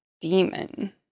demon